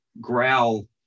growl